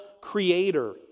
creator